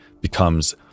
becomes